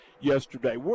yesterday